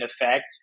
effect